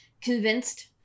convinced